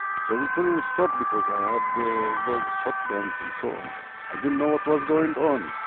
so we couldn't stop because i had those shotguns and so on. i didn't know what was going on,